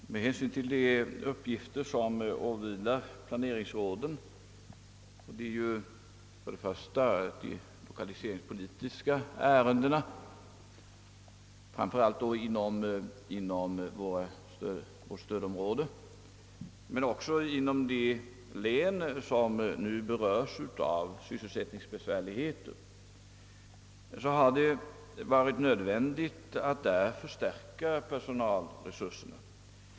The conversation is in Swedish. Herr talman! Med hänsyn till de uppgifter som åvilar planeringsråden — först och främst de lokaliseringspolitiska ärendena, framför allt inom stödområdena men också inom de län som nu berörs av sysselsättningssvårigheter — har det varit nödvändigt att förstärka personalresurserna.